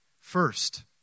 first